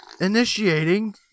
Initiating